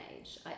age